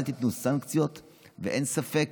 אל תיתנו סנקציות, ואין ספק